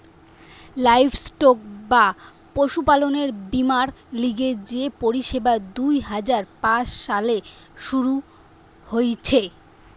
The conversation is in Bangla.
লাইভস্টক বা পশুপালনের বীমার লিগে যে পরিষেবা দুই হাজার পাঁচ সালে শুরু হিছে